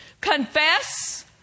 Confess